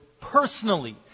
personally